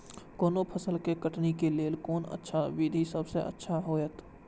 कोनो फसल के कटनी के लेल कोन अच्छा विधि सबसँ अच्छा होयत?